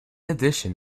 addition